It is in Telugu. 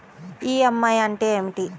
ఈ.ఎం.ఐ అంటే ఏమిటి?